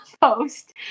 post